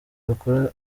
bakora